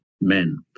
men